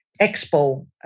expo